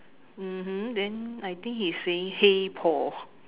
mmhmm then I think he's saying hey Paul